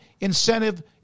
incentive